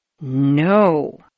No